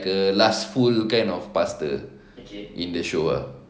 like a last full kind of pastor in the show ah